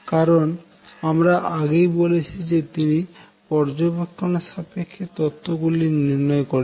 কারন আমরা আগেই বলেছি যে তিনি পর্যবেক্ষণের সাপেক্ষে তত্ত্ব গুলি দিয়েছেন